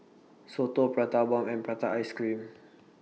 Soto Prata Bomb and Prata Ice Cream